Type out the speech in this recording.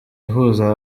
ihuza